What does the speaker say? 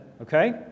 okay